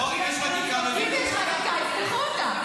--- אם יש בקשה, יפתחו אותה.